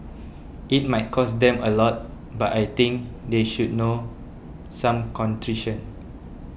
it might cost them a lot but I think they should know some contrition